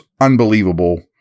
unbelievable